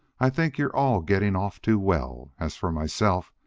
i think you're all getting off too well as for myself,